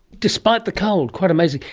despite the cold, quite amazing.